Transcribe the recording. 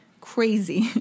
crazy